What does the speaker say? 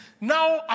now